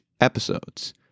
episodes